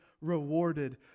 rewarded